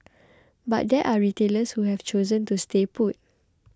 but there are retailers who have chosen to stay put